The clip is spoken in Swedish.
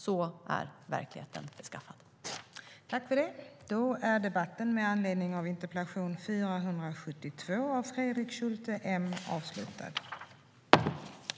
Så är verkligheten beskaffad.